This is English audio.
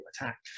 attack